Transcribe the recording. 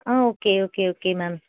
ah okay okay okay ma'am